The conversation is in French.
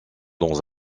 dans